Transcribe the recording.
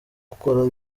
ukora